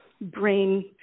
brain